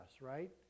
right